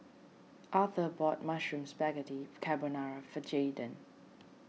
Arther bought Mushroom Spaghetti Carbonara for Jaydan